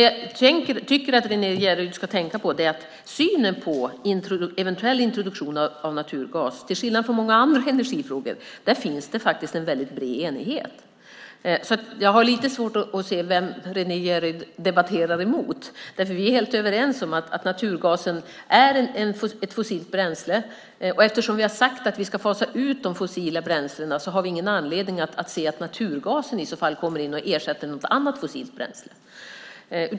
Jag tycker att Renée Jeryd ska tänka på att i fråga om synen på en eventuell introduktion av naturgas, till skillnad från vad som gäller många andra energifrågor, finns det en väldigt bred enighet. Jag har därför lite svårt att se vem Renée Jeryd debatterar mot eftersom vi är helt överens om att naturgasen är ett fossilt bränsle. Eftersom vi har sagt att vi ska fasa ut de fossila bränslena har vi ingen anledning att se att naturgasen i så fall kommer in och ersätter något annat fossilt bränsle.